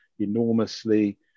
enormously